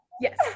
Yes